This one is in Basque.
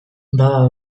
baba